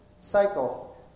cycle